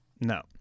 No